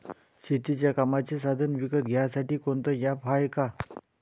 शेतीच्या कामाचे साधनं विकत घ्यासाठी कोनतं ॲप हाये का?